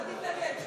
אל תתנגד.